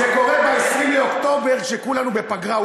זה קורה ב-20 באוקטובר, כשכולנו בפגרה.